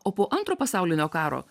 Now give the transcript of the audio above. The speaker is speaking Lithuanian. o po antro pasaulinio karo